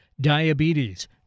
diabetes